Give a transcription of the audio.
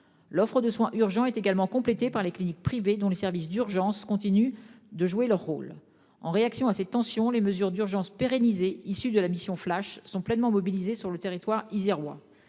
L'offre de soins urgents est également complétée par les cliniques privées dont les services d'urgences continuent de jouer leur rôle en réaction à ces tensions. Les mesures d'urgences, pérenniser issu de la mission flash sont pleinement mobilisés sur le territoire isérois.